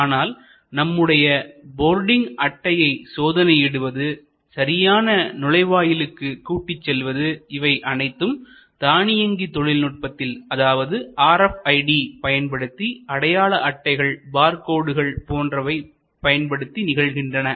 ஆனால் நம்முடைய போர்டிங் அட்டையை சோதனையிடுவது சரியான நுழைவாயிலுக்கு கூட்டிச் செல்வது இவை அனைத்தும் தானியங்கி தொழில்நுட்பத்தில் அதாவது RFID பயன்படுத்தி அடையாள அட்டைகள் பார் கோடுகள் போன்றவற்றை பயன்படுத்தி நிகழ்கின்றன